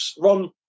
Ron